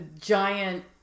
giant